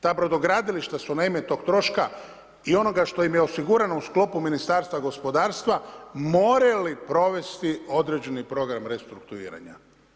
Ta brodogradilišta su na ime tog troška, i onoga što im je osigurano u sklopu Ministarstva gospodarstva, morali provesti određeni program restrukturiranja.